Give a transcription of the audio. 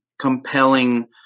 compelling